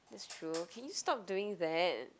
that's true can you stop doing that